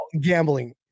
gambling